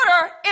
order